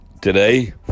Today